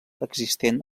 existent